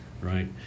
right